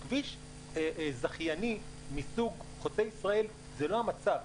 בכביש זכייני מסוג חוצה ישראל זה לא המצב.